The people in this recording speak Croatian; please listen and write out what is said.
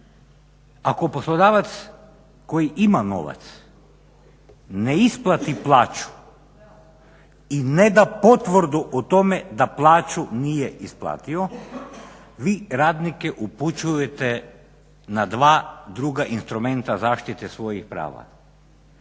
Ako poslodavac koji ima novac ne isplati plaću i neda potvrdu o tome da plaću nije isplatio vi radnike upućujete na dva druga instrumenta zaštite svojih prava,